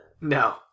No